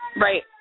Right